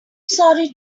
sorry